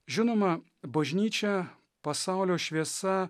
žinoma bažnyčia pasaulio šviesa